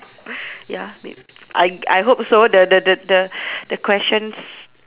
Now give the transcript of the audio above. ya mayb~ I I hope so the the the the questions